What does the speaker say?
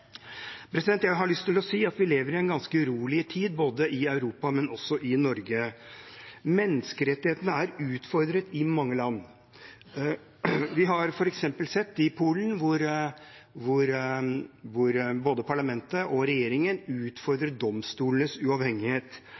ganske urolig tid, både i Europa og i Norge. Menneskerettighetene er utfordret i mange land. Vi har f.eks. sett i Polen at både parlamentet og regjeringen utfordrer domstolenes uavhengighet.